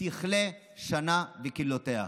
תכלה שנה וקללותיה.